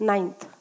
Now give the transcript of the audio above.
Ninth